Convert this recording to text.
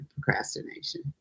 procrastination